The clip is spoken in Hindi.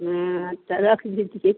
हाँ ताे रख दीजिए